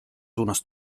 suunas